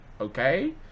okay